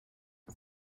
nta